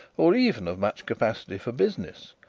or even of much capacity for business,